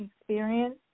experience